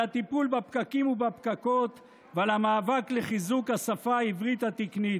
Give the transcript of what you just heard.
על הטיפול בפקקים ובפקקות ועל המאבק לחיזוק השפה העברית התקנית.